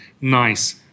nice